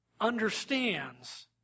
understands